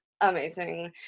amazing